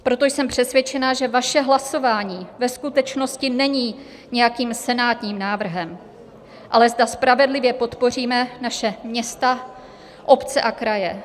Proto jsem přesvědčena, že vaše hlasování ve skutečnosti není nějakým senátním návrhem, ale zda spravedlivě podpoříme naše města, obce a kraje.